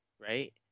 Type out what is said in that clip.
right